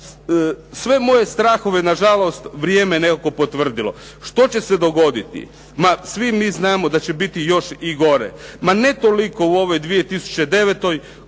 Sve moje strahove nažalost vrijeme je nekako potvrdilo. Što će se dogoditi? Ma svi znamo da će biti još i gore. Ma ne toliko u ovoj 2009. koliko